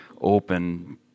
open